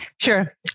Sure